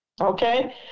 Okay